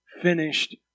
finished